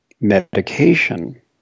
medication